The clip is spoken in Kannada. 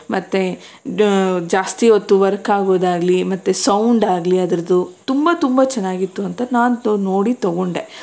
ಮತ್ತೆ ಜಾಸ್ತಿ ಹೊತ್ತು ವರ್ಕ್ ಆಗೋದಾಗಲಿ ಮತ್ತೆ ಸೌಂಡಾಗಲಿ ಅದರದ್ದು ತುಂಬ ತುಂಬ ಚೆನ್ನಾಗಿತ್ತು ಅಂತ ನಾನು ನೋಡಿ ತಗೊಂಡೆ